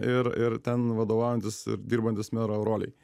ir ir ten vadovaujantis ir dirbantis mero rolėj